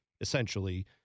essentially